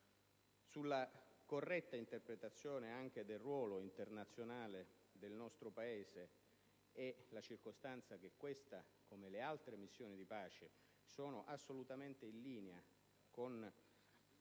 sulla corretta interpretazione del ruolo internazionale del nostro Paese e sulla circostanza che questa, come le altre missioni di pace, siano assolutamente in linea con la